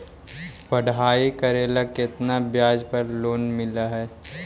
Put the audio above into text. पढाई करेला केतना ब्याज पर लोन मिल हइ?